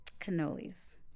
cannolis